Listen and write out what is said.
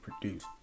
produce